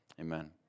Amen